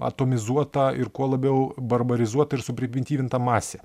atomizuota ir kuo labiau barbarizuota ir suprimityvinta masė